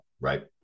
right